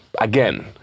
again